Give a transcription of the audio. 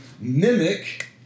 mimic